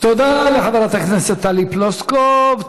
תודה לחברת הכנסת טלי פלוסקוב.